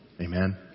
Amen